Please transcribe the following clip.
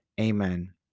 Amen